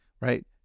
right